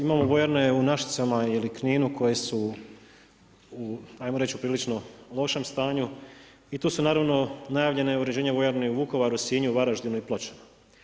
Imamo vojarne u Našicama ili Kninu koje su u ajmo reći prilično lošem stanju i tu su naravno, najavljeno je uređenje vojarne u Vukovaru, Sinju, Varaždinu i Pločama.